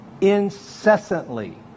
incessantly